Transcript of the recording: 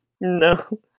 No